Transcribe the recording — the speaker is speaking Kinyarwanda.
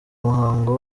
muhango